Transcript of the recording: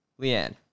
Leanne